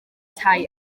tai